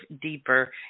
deeper